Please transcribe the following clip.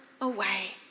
away